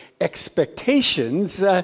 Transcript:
expectations